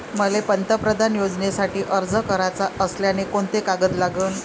मले पंतप्रधान योजनेसाठी अर्ज कराचा असल्याने कोंते कागद लागन?